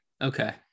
Okay